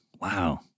Wow